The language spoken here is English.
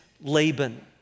Laban